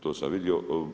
To sam vidio.